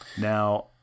Now